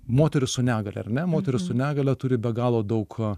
moteris su negalia ar ne moteris su negalia turi be galo daug